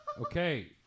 Okay